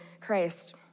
Christ